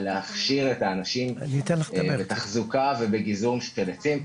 ולהכשיר את האנשים בתחזוקה ובגיזום של עצים,